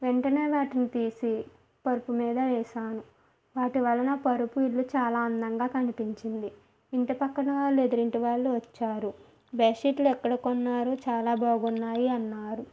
వెంటనే వాటిని తీసి పరుపు మీద వేసాను వాటి వలన పరుపు ఇల్లు చాలా అందంగా కనిపించింది ఇంటి పక్కన వాళ్ళు ఎదురింటి వాళ్ళు వచ్చి చూసారు బెడ్ షీట్లు ఎక్కడ కొన్నారు చాలా బాగున్నాయి అన్నారు